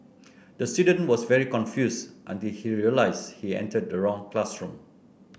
the student was very confused until he realised he entered the wrong classroom